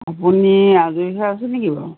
আপুনি আজৰি হৈ আছে নেকি বাৰু